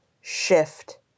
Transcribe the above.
shift